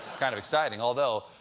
kind of exciting. although,